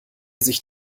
sich